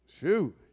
Shoot